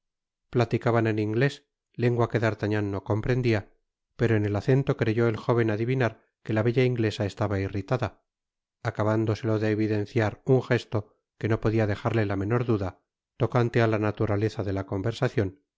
platicaban en inglés lengua que d'artagnan no comprendia pero en el acento creyó el jóven adivinar que la bella inglesa estaba irritada acabándoselo de evidenciar un jesto que no podia dejarle la menor duda tocante á la naturaleza de la conversacion